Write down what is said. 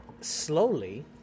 slowly